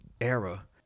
era